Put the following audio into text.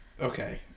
okay